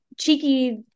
cheeky